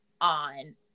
on